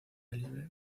libre